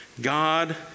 God